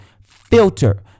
filter